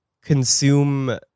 consume